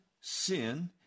sin